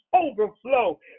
overflow